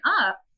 up